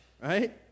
Right